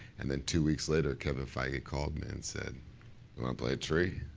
and then two weeks later kevin feige called me and said, you wanna play a tree?